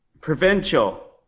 Provincial